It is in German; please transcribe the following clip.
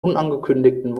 unangekündigten